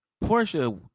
Portia